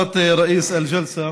(אומר בערבית: אדוני יושב-ראש הישיבה